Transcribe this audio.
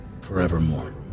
forevermore